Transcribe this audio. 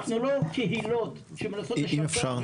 אנחנו לא קהילות שמנסות לשקם,